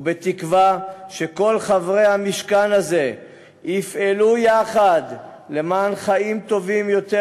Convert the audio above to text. ובתקווה שכל חברי המשכן הזה יפעלו יחד למען חיים טובים יותר